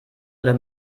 oder